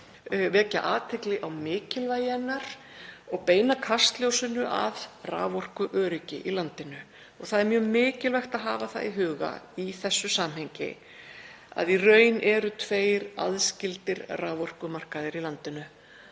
vekja athygli á mikilvægi hennar og beina kastljósinu að raforkuöryggi í landinu. Það er mjög mikilvægt að hafa í huga í þessu samhengi að í raun eru tveir aðskildir raforkumarkaðir í landinu,